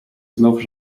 znów